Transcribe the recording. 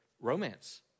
romance